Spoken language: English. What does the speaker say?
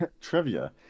trivia